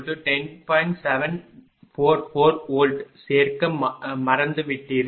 744 V சேர்க்க மறந்துவிட்டீர்கள்